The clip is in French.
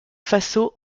faso